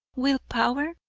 will power,